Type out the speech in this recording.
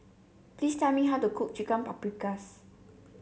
please tell me how to cook Chicken Paprikas